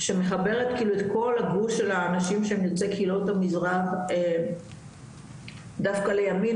שמחברת את כל הגוש של האנשים של יוצאי קהילות המזרח דווקא לימין,